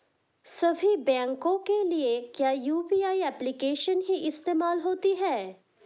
सभी बैंकों के लिए क्या यू.पी.आई एप्लिकेशन ही इस्तेमाल होती है?